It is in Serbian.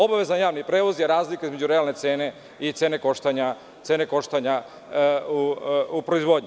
Obavezan javni prevoz je razlika između realne cene i cene koštanja u proizvodnji.